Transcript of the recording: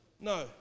No